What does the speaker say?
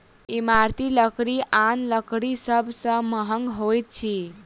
इमारती लकड़ी आन लकड़ी सभ सॅ महग होइत अछि